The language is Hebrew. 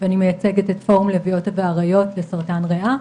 ואני מייצגת את פורום לביאות ואריות לסרטן ריאה,